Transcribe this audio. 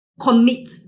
commit